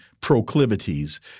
proclivities